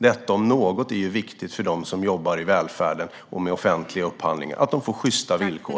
Detta om något är ju viktigt för dem som jobbar i välfärden och med offentliga upphandlingar - att det är sjysta villkor.